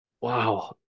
Wow